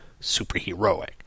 superheroic